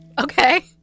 Okay